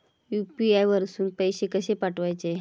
UPI वरसून पैसे कसे पाठवचे?